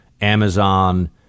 Amazon